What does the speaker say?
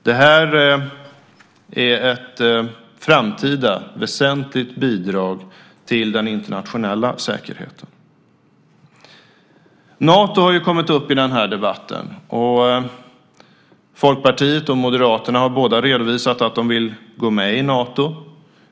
Det här är ett framtida väsentligt bidrag till den internationella säkerheten. Nato har kommit upp i den här debatten. Både Folkpartiet och Moderaterna har redovisat att de vill gå med i Nato.